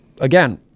again